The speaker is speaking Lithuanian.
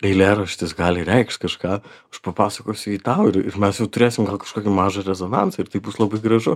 eilėraštis gali reikšt kažką aš papasakosiu jį tau ir ir mes jau turėsim gal kažkokį mažą rezonansą ir tai bus labai gražu